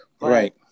Right